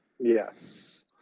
Yes